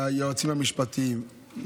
ליועצים המשפטיים,